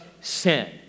sin